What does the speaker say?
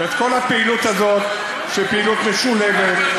את כל הפעילות הזאת, שהיא פעילות משולבת.